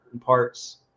parts